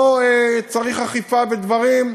לא "צריך אכיפה" ודברים,